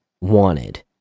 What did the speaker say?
wanted